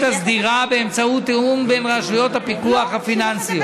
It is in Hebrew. הסדירה באמצעות תיאום בין רשויות הפיקוח הפיננסיות.